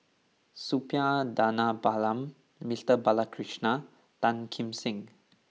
Suppiah Dhanabalan Mister Balakrishnan Tan Kim Seng